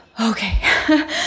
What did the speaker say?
Okay